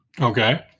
Okay